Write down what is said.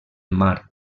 mar